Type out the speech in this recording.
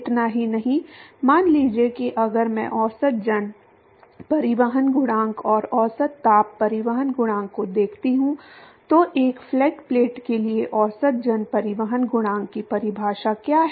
इतना ही नहीं मान लीजिए कि अगर मैं औसत जन परिवहन गुणांक और औसत ताप परिवहन गुणांक को देखता हूं तो एक फ्लैट प्लेट के लिए औसत जन परिवहन गुणांक की परिभाषा क्या है